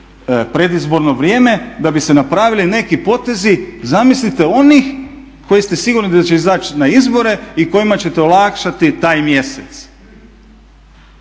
predizborno vrijeme da bi se napravili neki potezi zamislite onih koji ste sigurni da će izaći na izbori i kojima ćete olakšati taj mjesec